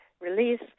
release